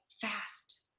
fast